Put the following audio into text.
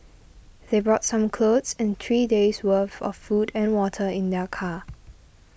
they brought some clothes and three days' worth of food and water in their car